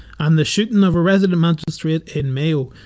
and the shooting of a resident magistrate in mayo,